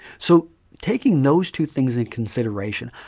so taking those two things in consideration,